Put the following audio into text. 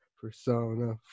Persona